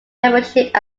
membership